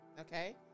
Okay